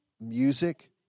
music